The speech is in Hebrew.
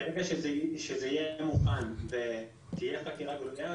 שזה יהיה מוכן ותהיה חקירה גלויה,